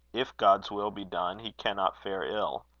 if god's will be done, he cannot fare ill.